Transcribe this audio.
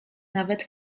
nawet